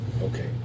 Okay